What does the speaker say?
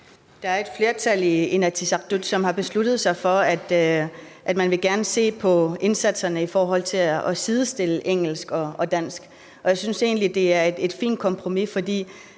Der er et flertal i Inatsisartut, som har besluttet sig for, at man gerne vil se på indsatserne i forhold til at sidestille engelsk og dansk. Og jeg synes egentlig, at det er et fint kompromis, for